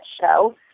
show